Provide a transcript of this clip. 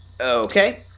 Okay